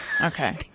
Okay